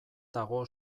dago